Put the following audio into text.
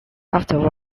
after